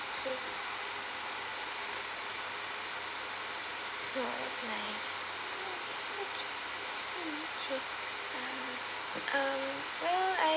!wow! that's nice okay um well I